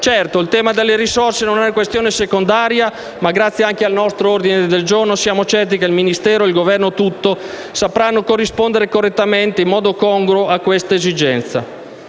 Certo, il tema delle risorse non è una questione secondaria, ma grazie anche al nostro ordine del giorno siamo certi che il Ministero e il Governo tutto sapranno corrispondere correttamente e in modo congruo a questa esigenza.